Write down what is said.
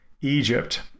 Egypt